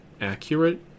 accurate